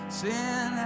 sin